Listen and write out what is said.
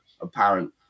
apparent